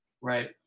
Right